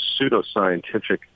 pseudoscientific